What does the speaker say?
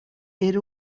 era